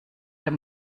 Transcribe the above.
dem